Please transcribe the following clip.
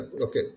Okay